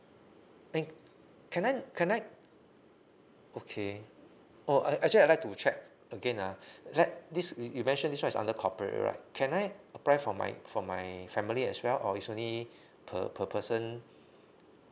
then can I can I okay oh I actually I like to check again ah let this you mention this one is under corporate right can I apply for my for my family as well or is only per per person